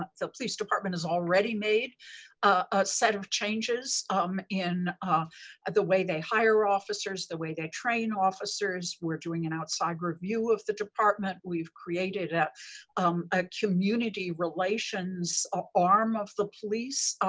ah so police department has already made a set of changes um in the way they hire officers, the way they train officers. we're doing an outside review of the department. we've created ah um a community relations arm of the police.